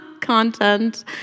content